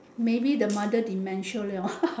maybe the mother dementia liao